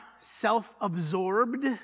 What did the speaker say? self-absorbed